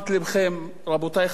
רבותי חברי הכנסת,